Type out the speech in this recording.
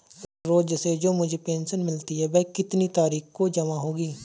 रोज़ से जो मुझे पेंशन मिलती है वह कितनी तारीख को जमा होगी?